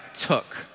took